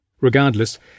Regardless